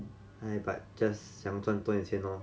!hais! but just 想要赚多一点钱 lor